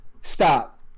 Stop